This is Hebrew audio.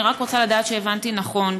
אני רק רוצה לדעת שהבנתי נכון,